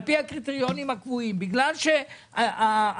על פי הקריטריונים הקבועים בגלל שהפקידים